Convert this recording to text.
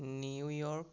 New York